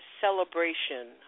celebration